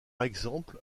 exemple